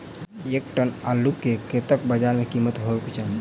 एक टन आलु केँ कतेक बजार कीमत हेबाक चाहि?